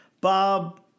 Bob